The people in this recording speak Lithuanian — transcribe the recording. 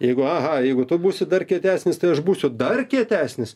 jeigu a jeigu tu būsi dar kietesnis tai aš būsiu dar kietesnis